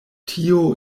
tio